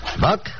Buck